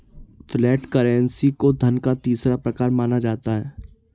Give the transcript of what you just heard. flat currency को धन का तीसरा प्रकार माना जाता है